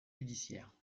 judiciaires